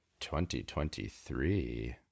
2023